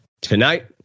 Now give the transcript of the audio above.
Tonight